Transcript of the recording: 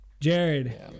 Jared